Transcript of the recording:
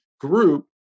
group